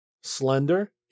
slender